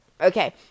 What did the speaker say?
Okay